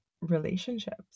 relationships